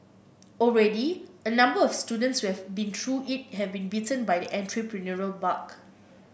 already a number of students who have been through it have been bitten by the entrepreneurial bug